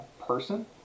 person